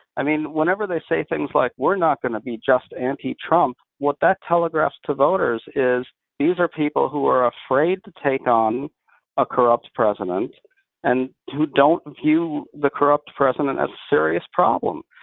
i mean, whenever they say things like, we're not going to be just anti-trump, what that telegraphs to voters is these are people who are afraid to take on a corrupt president and who don't view the corrupt president as a serious problem.